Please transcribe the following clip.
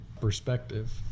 perspective